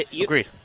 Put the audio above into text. Agreed